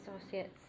Associates